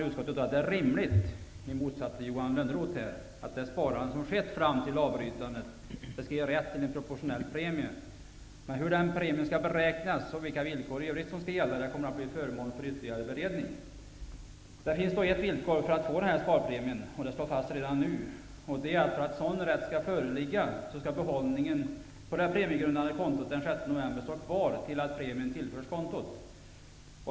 Utskottet anser, i motsats till Johan Lönnroth, att det är rimligt att det sparande som har skett fram till avbrytandet skall ge rätt till en proportionell premie. Hur den premien skall beräknas och vilka villkor i övrigt som skall gälla kommer att bli föremål för ytterligare beredning. Det finns ett villkor för att få sparpremien - det står fast redan nu - och det är, att för att sådan rätt skall föreligga skall behållningen på det premiegrundande kontot den 6 november stå kvar till dess att premien tillförs kontot.